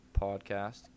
podcast